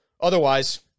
Otherwise